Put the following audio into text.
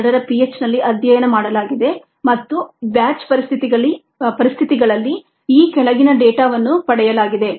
2 ರ pH ನಲ್ಲಿ ಅಧ್ಯಯನ ಮಾಡಲಾಗಿದೆ ಮತ್ತು ಬ್ಯಾಚ್ ಪರಿಸ್ಥಿತಿಗಳಲ್ಲಿ ಈ ಕೆಳಗಿನ ಡೇಟಾವನ್ನು ಪಡೆಯಲಾಗಿದೆ